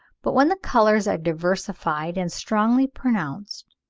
but when the colours are diversified and strongly pronounced,